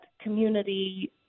community